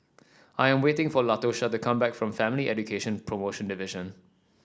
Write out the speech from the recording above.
I am waiting for Latosha to come back from Family Education Promotion Division